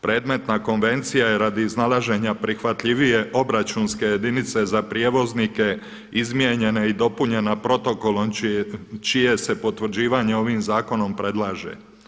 Predmetna konvencija je radi iznalaženja prihvatljivije obračunske jedinice za prijevoznike izmijenjene i dopunjene protokolom čije se potvrđivanje ovim zakonom predlaže.